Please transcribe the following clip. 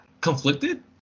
Conflicted